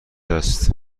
است